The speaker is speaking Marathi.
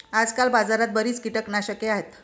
आजकाल बाजारात बरीच कीटकनाशके आहेत